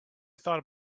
thought